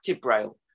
braille